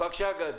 בבקשה, גדי.